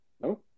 No